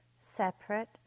separate